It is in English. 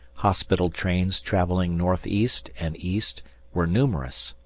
hospital trains travelling north-east and east were numerous,